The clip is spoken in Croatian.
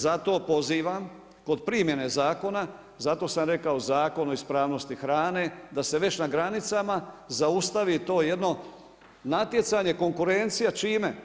Zato pozivam kod primjene zakona, zato sam rekao Zakon o ispravnosti hrane, da se već na granicama zaustavi to jedno natjecanje konkurencija, čime?